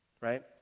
Right